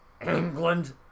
England